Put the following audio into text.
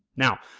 now,